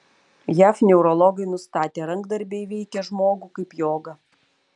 jav neurologai nustatė rankdarbiai veikia žmogų kaip joga